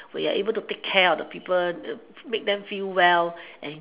when you're able to take care of the people make them feel well